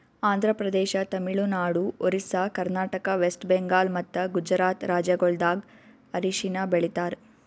Andhra Pradesh, Tamil Nadu, Orissa, Karnataka, West Bengal ಮತ್ತ ಗುಜರಾತ್ ರಾಜ್ಯಗೊಳ್ದಾಗ್ ಅರಿಶಿನ ಬೆಳಿತಾರ್